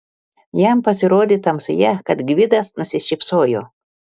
jam pasirodė tamsoje kad gvidas nusišypsojo